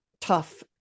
tough